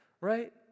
right